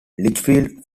lichfield